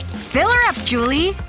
fill er up, julie!